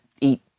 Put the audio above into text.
eat